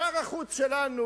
שר החוץ שלנו,